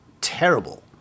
terrible